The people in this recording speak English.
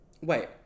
Wait